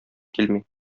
килми